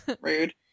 Rude